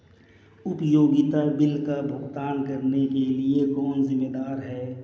उपयोगिता बिलों का भुगतान करने के लिए कौन जिम्मेदार है?